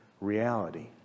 reality